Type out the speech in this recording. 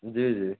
जी जी